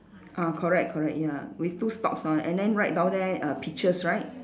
ah correct correct ya with two stalks ah and then write down there uh peaches right